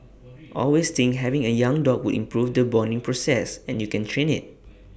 always think having A young dog would improve the bonding process and you can train IT